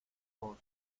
vos